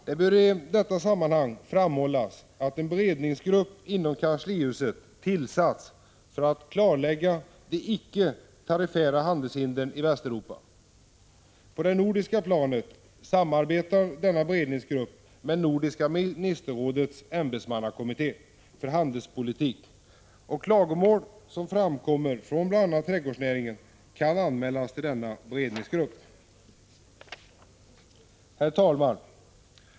Det bör i detta sammanhang framhållas att en beredningsgrupp inom kanslihuset tillsatts för att klarlägga de icke tariffära handelshindren i Västeuropa. På det nordiska planet samarbetar denna beredningsgrupp med nordiska ministerrådets ämbetsmannakommitté för handelspolitik, och klagomål som framkommer från bl.a. trädgårdsnäringen kan anmälas till denna beredningsgrupp. Herr talman!